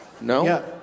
No